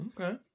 Okay